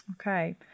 Okay